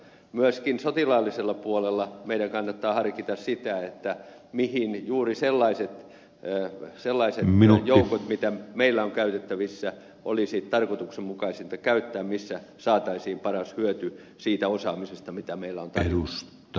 myöskin sotilaallisella puolella meidän kannattaa harkita sitä mihin juuri sellaiset joukot mitä meillä on käytettävissä olisi tarkoituksenmukaisinta käyttää missä saataisiin paras hyöty siitä osaamisesta mitä meillä on tarjota